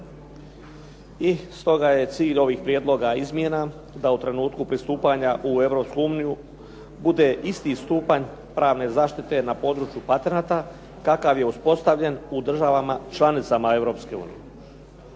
I stoga je cilj ovih prijedloga, izmjena da u trenutku pristupanja u Europsku uniju bude isti stupanj pravne zaštite na području …/Govornik se ne razumije./… kakav je uspostavljen u državama članicama Europske unije.